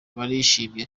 barishimye